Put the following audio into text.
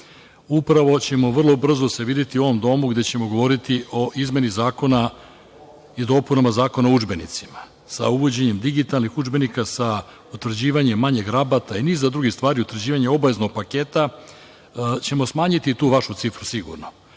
Upravo ćemo se vrlo brzo, videti u ovom domu gde ćemo govoriti o izmeni zakona i dopunama Zakona o udžbenicima, sa uvođenjem digitalnih udžbenika, sa utvrđivanjem manjeg rabata i niza drugih stvari, utvrđivanja obaveznih paketa i smanjićemo tu vašu cifru, sigurno. Postoji